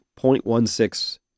0.16